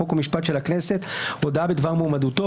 חוק ומשפט של הכנסת הודעה בדבר מועמדותו,